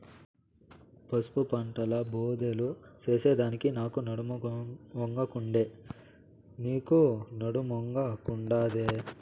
పసుపు పంటల బోదెలు చేసెదానికి నాకు నడుమొంగకుండే, నీకూ నడుమొంగకుండాదే